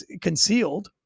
concealed